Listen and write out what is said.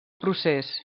procés